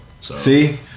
See